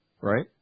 right